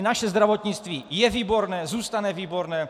Naše zdravotnictví je výborné, zůstane výborné.